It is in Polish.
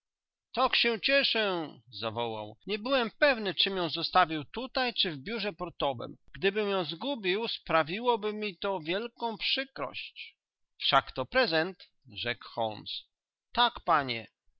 tak się cieszę zawołał nie byłem pewny czym ją zostawił tutaj czy w biurze portowem gdybym ją zgubił sprawiłoby mi to wielką przykrość wszak to prezent rzekł holmes tak panie